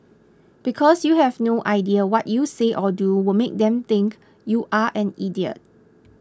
because you have no idea what you say or do will make them think you're an idiot